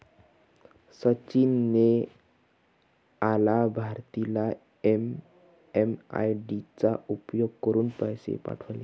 सचिन ने अलाभार्थीला एम.एम.आय.डी चा उपयोग करुन पैसे पाठवले